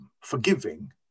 Forgiving